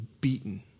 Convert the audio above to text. beaten